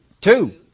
Two